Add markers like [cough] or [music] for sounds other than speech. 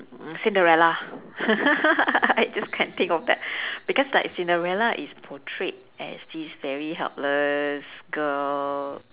[noise] cinderella [laughs] I just can't think of that [breath] because like cinderella is portrayed as this very helpless girl